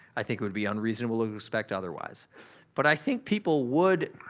i think it would be unreasonable to expect otherwise but i think people would